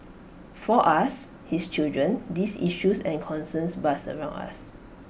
for us his children these issues and concerns buzzed around us